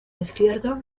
izquierdo